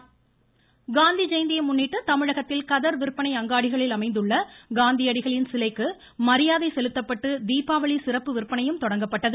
காந்தி ஜெயந்தி மாவட்டம் காந்தி ஜெயந்தியை முன்னிட்டு தமிழகத்தில் கதர் விற்பனை அங்காடிகளில் அமைந்துள்ள காந்தியடிகளின் சிலைக்கு மரியாதை செலுத்தப்பட்டு தீபாவளி சிறப்பு விற்பனையும் தொடங்கப்பட்டது